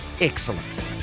Excellent